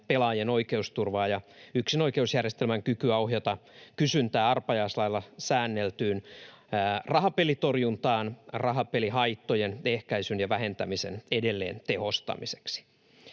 pelaajien oikeusturvaa ja yksinoikeusjärjestelmän kykyä ohjata kysyntää arpajaislailla säänneltyyn rahapelitorjuntaan rahapelihaittojen ehkäisyn ja vähentämisen edelleen tehostamiseksi.